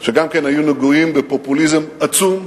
שגם היו נגועים בפופוליזם עצום,